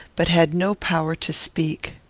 but had no power to speak.